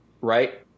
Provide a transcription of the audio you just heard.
right